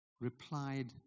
replied